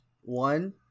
one